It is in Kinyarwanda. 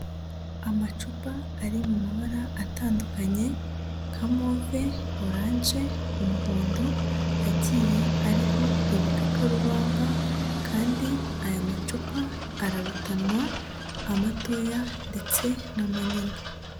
Amacupa ari mu mabara atandukanye nka move, oranje, umuhondo, agiye ariho ibikakarubamba kandi aya macupa ararutanwa, amatoya ndetse n'amanini.